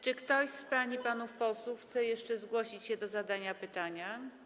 Czy ktoś z pań i panów posłów chce jeszcze zgłosić się do zadania pytania?